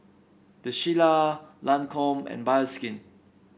The Shilla Lancome and Bioskin